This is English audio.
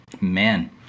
man